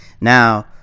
Now